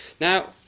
Now